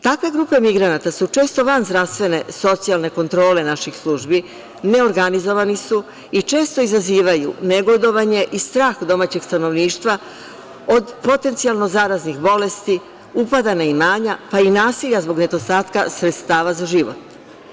Takve grupe migranata su često van zdravstvene, socijalne kontrole naših službi, neorganizovani i često izazivaju negodovanje i strah domaćeg stanovništva od potencijalno zaraznih bolesti, upada na imanja, pa i nasilja zbog nedostatka sredstava za život.